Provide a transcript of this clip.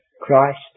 Christ